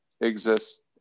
exists